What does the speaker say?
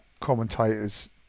commentators